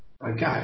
Okay